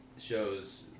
shows